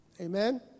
Amen